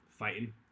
fighting